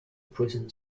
prison